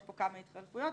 יש פה כמה התפלגויות,